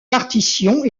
partitions